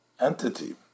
entity